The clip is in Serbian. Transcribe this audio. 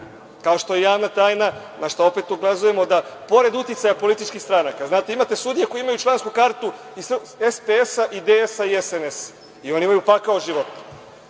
kao što je javna tajna, našta opet ukazujemo, da pored uticaja političkih stranaka, znate, imate sudije koji imaju člansku kartu i SPS i DS i SNS i oni imaju pakao od života.